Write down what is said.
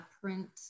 print